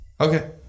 Okay